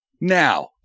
now